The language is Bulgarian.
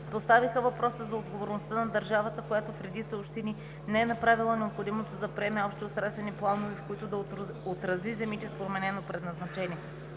Поставиха въпроса за отговорността на държавата, която в редица общини не е направила необходимото да приеме общи устройствени планове, в които да отрази земите с променено предназначение.